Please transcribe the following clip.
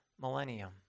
millennium